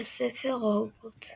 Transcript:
ספר הוגוורטס